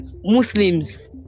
muslims